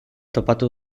topatu